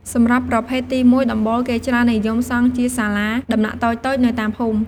សម្រាប់ប្រភេទទី១ ដំបូលគេច្រើននិយមសង់ជាសាលាដំណាក់តូចៗនៅតាមភូមិ ។